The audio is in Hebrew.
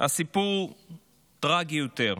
הסיפור טרגי יותר.